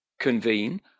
Convene